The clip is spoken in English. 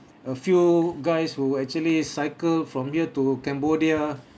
a few guys who actually cycle from here to cambodia